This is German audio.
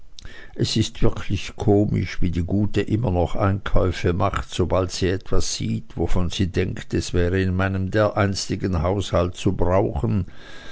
es ist wirklich komisch wie die gute immer noch einkäufe macht sobald sie etwas sieht wovon sie denkt es wäre in meinem dereinstigen haushalt zu brauchen